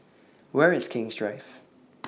Where IS King's Drive